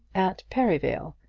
at perivale.